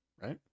right